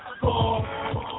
fall